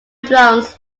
drums